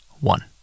one